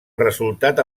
resultat